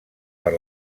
per